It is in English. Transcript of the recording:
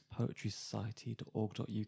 poetrysociety.org.uk